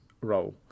role